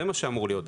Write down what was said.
זה מה שאמור להיות.